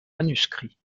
manuscrits